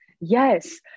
yes